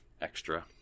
extra